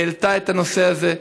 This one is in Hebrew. העלתה את הנושא הזה.